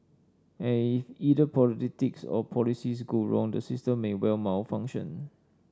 and if either politics or policies go wrong the system may well malfunction